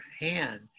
hand